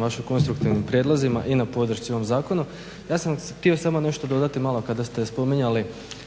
vašim konstruktivnim prijedlozima i na podršci ovom zakonu. Ja sam htio nešto samo dodati malo kada ste spominjali